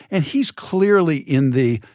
and he's clearly in the,